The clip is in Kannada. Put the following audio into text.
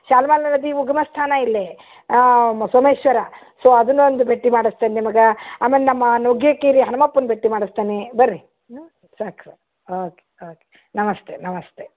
ಶ್ಯಾಮಲಾ ನದಿ ಉಗಮ ಸ್ಥಾನ ಇಲ್ಲಿ ಮ ಸೋಮೇಶ್ವರ ಸೊ ಅದನ್ನ ಒಂದು ಭೇಟಿ ಮಾಡಸ್ತೇನೆ ನಿಮಗೆ ಆಮೇಲೆ ನಮ್ಮ ನುಗ್ಗೇಕೇರಿ ಹನುಮಪ್ಪನ ಭೇಟಿ ಮಾಡಸ್ತೇನೆ ಬನ್ರಿ ಊಂ ಸಾಕ ಸಾಕ ಓಕೆ ಓಕೆ ನಮಸ್ತೆ ನಮಸ್ತೆ